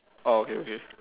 orh okay okay